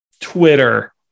Twitter